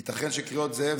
ייתכן שקריאות "זאב,